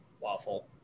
waffle